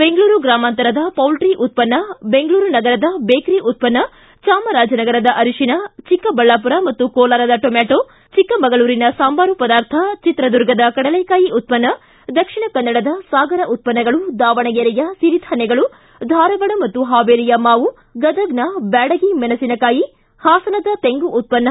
ಬೆಂಗಳೂರು ಗ್ರಾಮಾಂತರದ ಪೌಲ್ಟೀ ಉತ್ಪನ್ನು ಬೆಂಗಳೂರು ನಗರದ ಬೇಕರಿ ಉತ್ಪನ್ನು ಚಾಮರಾಜನಗರದ ಅರಿಶಿಣ ಚಿಕ್ಕಬಳ್ಳಾಪುರ ಮತ್ತು ಕೋಲಾರದ ಟೊಮಾಟೋ ಚಿಕ್ಕಮಗಳೂರಿನ ಸಾಂಬಾರು ಪದಾರ್ಥ ಚಿತ್ರದುರ್ಗದ ಕಡಲೆ ಕಾಯಿ ಉತ್ಪನ್ನ್ನ ದಕ್ಷಿಣ ಕನ್ನಡದ ಸಾಗರ ಉತ್ಪನ್ನಗಳು ದಾವಣಗೆರೆಯ ಸಿರಿಧಾನ್ಯಗಳು ಧಾರವಾಡ ಮತ್ತು ಹಾವೇರಿಯ ಮಾವು ಗದಗ್ನ ಬ್ಯಾಡಗಿ ಮೆಣಸಿನಕಾಯಿ ಹಾಸನದ ತೆಂಗು ಉತ್ತನ್ನ